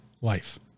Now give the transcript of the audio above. life